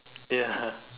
ya